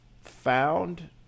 found